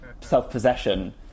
self-possession